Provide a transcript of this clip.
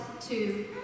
two